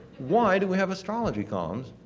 why do we have astrology columns?